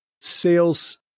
sales